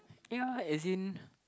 ya as in